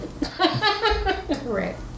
correct